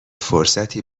فرصتی